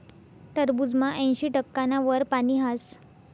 टरबूजमा ऐंशी टक्काना वर पानी हास